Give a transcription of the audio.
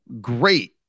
great